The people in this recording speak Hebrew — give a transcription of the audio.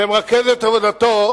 שמרכז את עבודתו